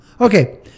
Okay